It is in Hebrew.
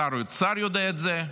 שר האוצר יודע את זה.